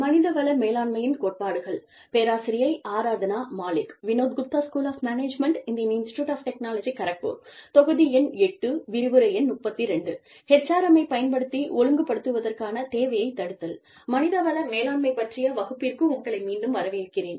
மனித வள மேலாண்மை பற்றிய வகுப்பிற்கு உங்களை மீண்டும் வரவேற்கிறேன்